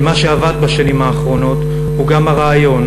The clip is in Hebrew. כי מה שאבד בשנים האחרונות הוא גם הרעיון,